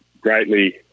greatly